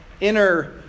inner